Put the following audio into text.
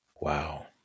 Wow